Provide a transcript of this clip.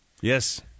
Yes